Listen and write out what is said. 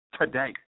today